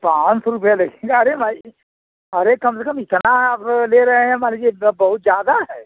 पाँच सौ रुपये लेंगे अरे भाई अरे कम से कम इतना आप ले रहे हैं मान लीजिए बहुत ज्यादा है